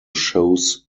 shows